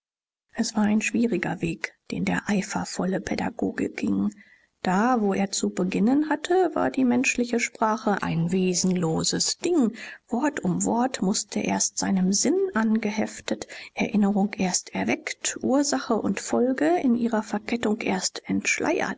es war ein schwieriger weg den der eifervolle pädagoge ging da wo er zu beginnen hatte war die menschliche sprache ein wesenloses ding wort um wort mußte erst seinem sinn angeheftet erinnerung erst erweckt ursache und folge in ihrer verkettung erst